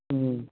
ꯎꯝ